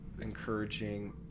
encouraging